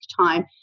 time